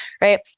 right